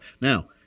Now